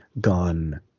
gone